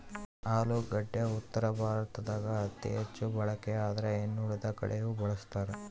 ಆಲೂಗಡ್ಡಿ ಉತ್ತರ ಭಾರತದಾಗ ಅತಿ ಹೆಚ್ಚು ಬಳಕೆಯಾದ್ರೆ ಇನ್ನುಳಿದ ಕಡೆಯೂ ಬಳಸ್ತಾರ